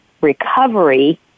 recovery